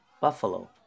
buffalo